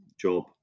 job